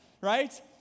right